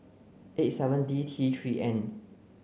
eight seven D T three N